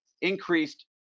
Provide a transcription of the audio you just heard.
increased